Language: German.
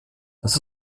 das